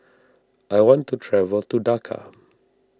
I want to travel to Dhaka